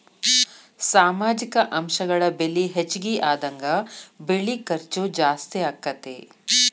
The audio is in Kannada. ಸಾಮಾಜಿಕ ಅಂಶಗಳ ಬೆಲೆ ಹೆಚಗಿ ಆದಂಗ ಬೆಳಿ ಖರ್ಚು ಜಾಸ್ತಿ ಅಕ್ಕತಿ